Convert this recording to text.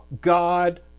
God